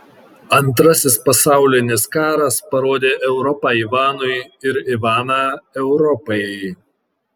antrasis pasaulinis karas parodė europą ivanui ir ivaną europai